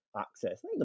access